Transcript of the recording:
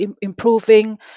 improving